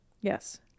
Yes